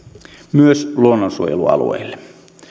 myös luonnonsuojelualueille